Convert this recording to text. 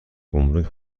گمرگ